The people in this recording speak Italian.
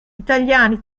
italiani